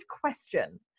question